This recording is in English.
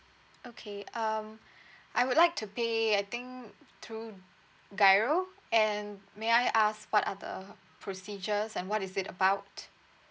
okay um I would like to pay I think through giro and may I ask what are the procedures and what is it about